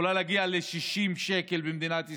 זה יכול להגיע ל-60 שקל במדינת ישראל,